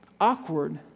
awkward